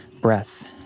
breath